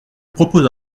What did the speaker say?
propose